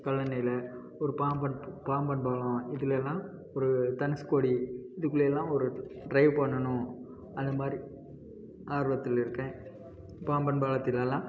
பழனியில் ஒரு பாம்பன் பாம்பன் பாலம் இதில் எல்லாம் ஒரு தனுஷ்கோடி இதுக்குள்ளேயெல்லாம் ஒரு ட்ரைவ் பண்ணணும் அந்த மாதிரி ஆர்வத்தில் இருக்கேன் பாம்பன் பாலத்தில் எல்லாம்